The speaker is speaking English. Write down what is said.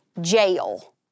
jail